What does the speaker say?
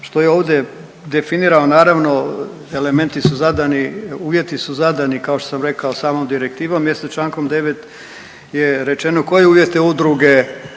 što je ovdje definirano naravno elementi su zadani, uvjeti su zadani, kao što sam rekao samom direktivom jer se čl. 9. je rečeno koje uvjete udruge